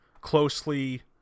closely